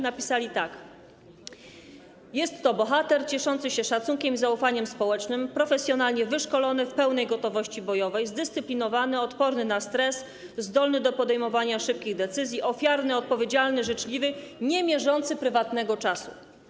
Napisali tak: jest to bohater cieszący się szacunkiem i zaufaniem społecznym, profesjonalnie wyszkolony, w pełnej gotowości bojowej, zdyscyplinowany, odporny na stres, zdolny do podejmowania szybkich decyzji, ofiarny, odpowiedzialny, życzliwy, niemierzący prywatnego czasu.